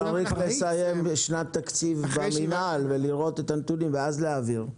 צריך לסיים שנת תקציב במינהל ולראות את הנתונים ואז להעביר.